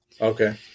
okay